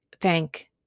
thank